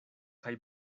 kaj